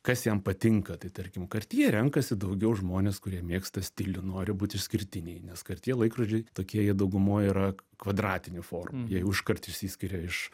kas jam patinka tai tarkim kartjė renkasi daugiau žmonės kurie mėgsta stilių nori būt išskirtiniai nes kartjė laikrodžiai tokie jie daugumoj yra kvadratinių formų jie jau iškart išsiskiria iš